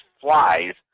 flies